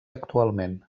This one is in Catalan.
actualment